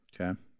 Okay